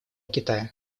китая